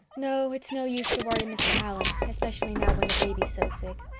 no, it's no use to worry mr. allan, especially now when the baby's so sick.